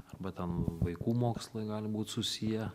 arba ten vaikų mokslai gali būt susiję